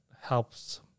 helps